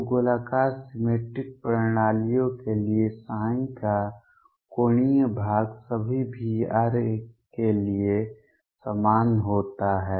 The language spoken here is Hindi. तो गोलाकार सिमेट्रिक प्रणालियों के लिए का कोणीय भाग सभी V के लिए समान होता है